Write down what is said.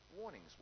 warnings